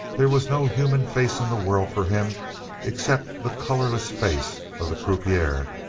there was no human face in the world for him except the colorless face of the croupier,